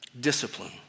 discipline